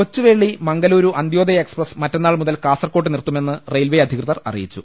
Kochuveli Mangaluru Antyodaya express മറ്റന്നാൾ മുതൽ കാസർകോട്ട് നിർത്തുമെന്ന് റെയിൽവെ അധികൃതർ അറി യിച്ചു